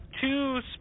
two